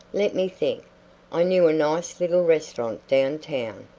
let me think i knew a nice little restaurant down town.